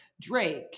Drake